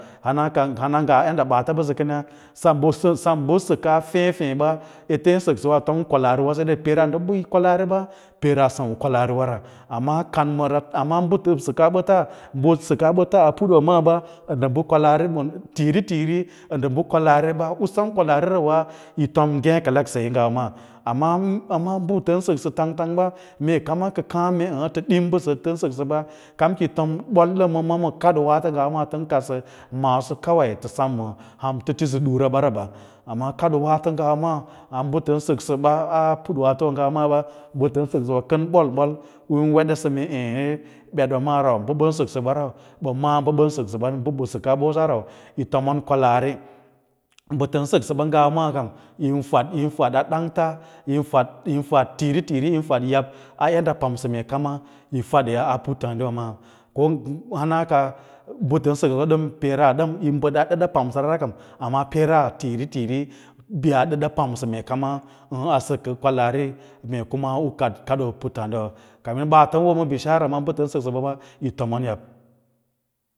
Hanangaa yadda baatas ɓəsə kanya sem bə səkaa feê feeya yin səksəwə atom bə kwalaari sede ra peera ndə ba kwalaariɓa peeva sem u kwalaariwa ra, amne kan mara ba səkaa batass bə səkaa bəa a panthaa diwa wa ndəkwalaari ɓa thiritiiri nda ba kwalaariba be sem kwalaariba u sem kwalaarira yi tom nge kelek saye ngawa maa amma mbu tan saksa tang tang ba mee kana ka kaa bə lə dim bəsə sa kamki yi rom boi dəm ma waato nga wa tan kadsa maaso kawai tə sem ma ham tisə dura barawa amma kaddo waato ngwa maa han mba tan səksəba maaba mbu tan səksəba ƙan boi boi an wedasə əa əa betɓa maamu ba ɓan səksaba ɓə maa baban saksanban mbu səkaaɓosa nau yi tomon kwalaari mba təo səksə ɓə ngawa maa rau yii fad yin fadaa dangt yi fed yino fad tiiri tiiri yin fad yab a yadda pamsa mee kama yi fadya a puttaadiwa maa hana kas mbə səksa ɓa dəm peera dəm yi badau ɗada damsa rara amma peera tiiri hiri yi yaa ɗada pamsa meekama a səkə kwalaari mee kad kavoowa a puttadiwa wa karin ɓa tan wo ma bishara bə tən saksa ɓafa yitomon yab